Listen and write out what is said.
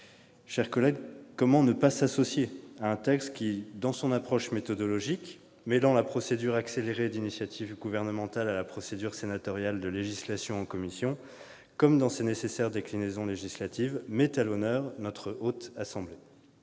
chers collègues, comment ne pas s'associer à un texte qui, dans son approche méthodologique- mêlant la procédure accélérée d'initiative gouvernementale à la procédure sénatoriale de législation en commission -comme dans ses nécessaires déclinaisons législatives, met à l'honneur notre Haute Assemblée ?